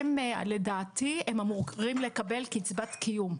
לדעתי הם אמורים לקבל קצבת קיום.